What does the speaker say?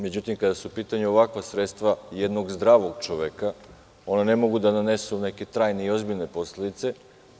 Međutim, kada su u pitanju ovakva sredstva jednog zdravog čoveka, ona ne mogu da nanesu neke trajne i ozbiljne posledice.